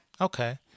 Okay